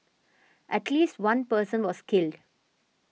at least one person was killed